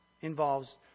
involves